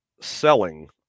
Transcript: selling